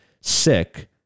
sick